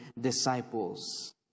disciples